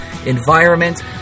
Environment